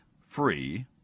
free